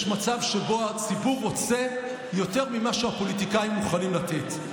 יש מצב שבו הציבור רוצה יותר ממה שהפוליטיקאים מוכנים לתת.